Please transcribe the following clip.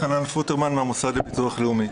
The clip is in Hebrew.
אני מהמוסד לביטוח לאומי.